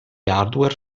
hardware